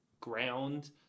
ground